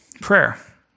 prayer